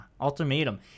ultimatum